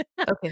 Okay